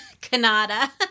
canada